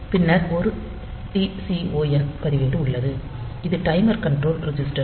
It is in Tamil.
பின்னர் ஒரு TCON பதிவேடு உள்ளது இது டைமர் கண்ரோல் ரிஜிஸ்டர்